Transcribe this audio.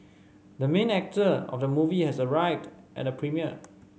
the main actor of the movie has arrived at the premiere